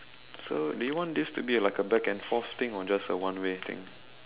so do you want this to be like a back and forth thing or just a one way thing